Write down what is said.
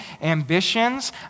ambitions